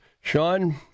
Sean